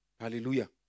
Hallelujah